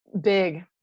big